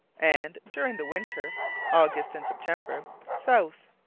and, during the winter august and september south.